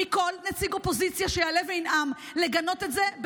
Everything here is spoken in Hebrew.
"ידע כל חבר כנסת ושר בליכוד שכל עוד לא נגנזה תוכנית